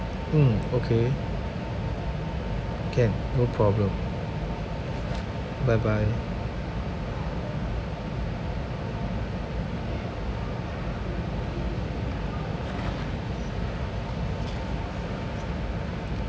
mm okay can no problem bye bye